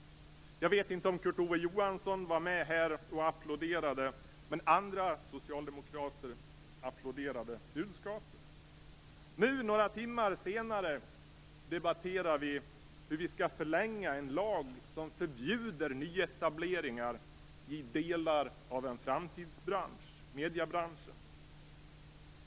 Jag vet inte om Kurt Ove Johansson var med och applåderade, men andra socialdemokrater applåderade budskapet. Nu, några timmar senare, debatterar vi hur vi skall förlänga en lag som förbjuder nyetableringar i delar av en framtidsbransch, mediebranschen.